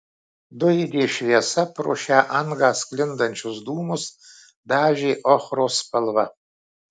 dujinė šviesa pro šią angą sklindančius dūmus dažė ochros spalva